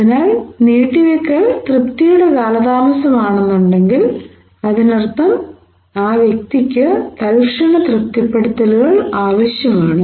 അതിനാൽ നീട്ടിവെക്കൽ തൃപ്തിയുടെ കാലതാമസമാണെങ്കിൽ അതിനർത്ഥം ഈ വ്യക്തിക്ക് തൽക്ഷണ തൃപ്തിപ്പെടുത്തലുകൾ ആവശ്യമാണ്